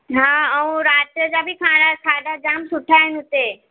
हा ऐं राति जा बि खाना खाधा जाम सुठा आहिनि हुते